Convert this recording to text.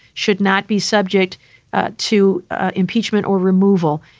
should not be subject to impeachment or removal.